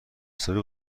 حسابی